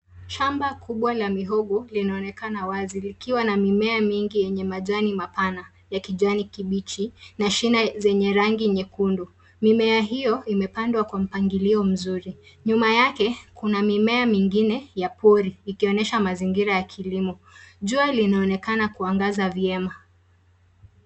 Shamba kubwa la mihogo linaonekana wazi likiwa na mimea mingi yenye majani mapana ya kijani kibichi na shina zenye rangi nyekundu. Mimea hiyo imepandwa kwa mpangilio mzuri. Nyuma yake kuna mimea mingine ya pori ikionyesha mazingira ya kilimo. Jua linaonekana kuangaza vyema.